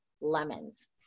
lemons